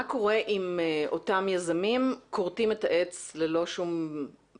קורה אם אותם יזמים כורתים את העץ ללא בקשה?